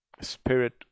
spirit